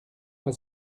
pas